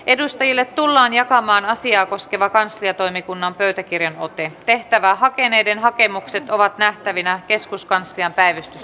edustajille tullaan jakamaan asiaa koskeva kansliatoimikunnan pöytäkirjanotteen tehtävää hakeneiden hakemukset ovat nähtävinä kyselytunti päättyi